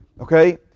Okay